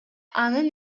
анын